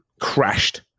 crashed